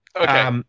Okay